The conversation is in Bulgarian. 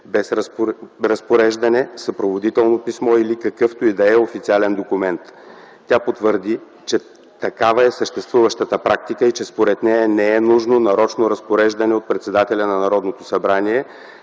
без разпореждане, съпроводително писмо или какъвто и да е официален документ. Тя потвърди, че такава е съществуващата практика и че според нея не е нужно нарочно разпореждане от председателя на Народното събрание,